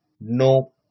no